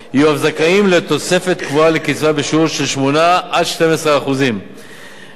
יהיו אף זכאים לתוספת קבועה לקצבה בשיעור של 8% 12%. עם